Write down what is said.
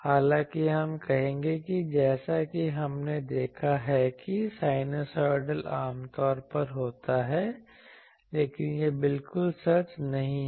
हालांकि हम कहेंगे कि जैसा कि हमने देखा है कि साइनूसोइडल आमतौर पर होता है लेकिन यह बिल्कुल सच नहीं है